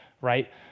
Right